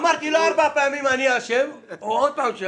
אמרתי לו ארבע פעמים אני אשם, והוא עוד פעם שואל.